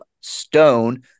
Stone